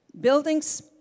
Buildings